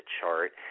chart